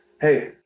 Hey